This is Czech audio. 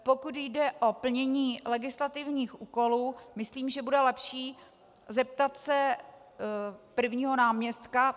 Pokud jde o plnění legislativních úkolů, myslím, že bude lepší se zeptat prvního náměstka.